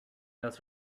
else